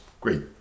Great